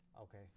Okay